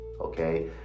okay